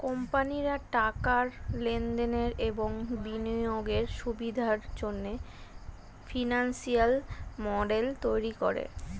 কোম্পানিরা টাকার লেনদেনের এবং বিনিয়োগের সুবিধার জন্যে ফিনান্সিয়াল মডেল তৈরী করে